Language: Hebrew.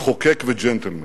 כמחוקק וג'נטלמן.